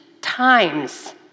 times